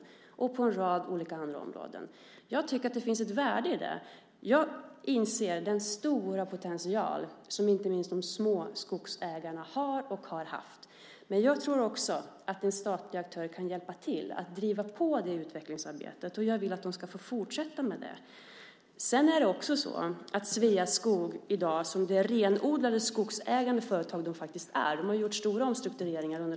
Det gäller också på en rad olika andra områden. Jag tycker att det finns ett värde i det. Jag inser den stora potential som inte minst de små skogsägarna utgör och har utgjort, men jag tror också att en statlig aktör kan hjälpa till för att driva på det utvecklingsarbetet. Jag vill att de ska få fortsätta med det. Sedan är det också så att Sveaskog, som det renodlade skogsägande företag det faktiskt är, nu också genererar stora intäkter till staten.